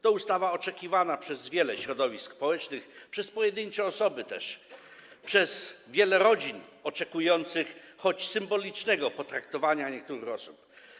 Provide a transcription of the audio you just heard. To ustawa oczekiwana przez wiele środowisk społecznych, przez pojedyncze osoby też, przez wiele rodzin oczekujących choć symbolicznego potraktowania niektórych osób.